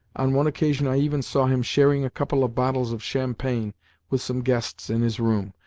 on one occasion, i even saw him sharing a couple of bottles of champagne with some guests in his room,